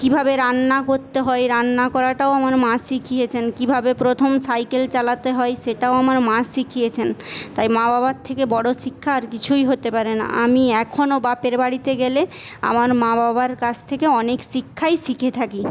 কীভাবে রান্না করতে হয় রান্না করাটাও আমার মা শিখিয়েছেন কীভাবে প্রথম সাইকেল চালাতে হয় সেটাও আমার মা শিখিয়েছেন তাই মা বাবার থেকে বড়ো শিক্ষা আর কিছুই হতে পারে না আমি এখনও বাপের বাড়িতে গেলে আমার মা বাবার কাছ থেকে অনেক শিক্ষাই শিখে থাকি